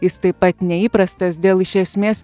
jis taip pat neįprastas dėl iš esmės